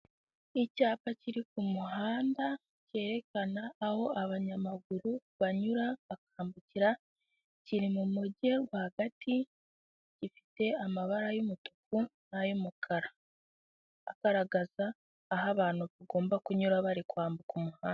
Icyapa kiri ku muhanda cyerekana aho abanyamaguru banyura bakambukira, kiri mu Mujyi rwagati, gifite amabara y'umutuku n'ay'umukara, agaragaza aho abantu bagomba kunyura bari kwambuka umuhanda.